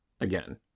again